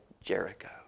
Jericho